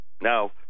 Now